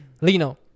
Lino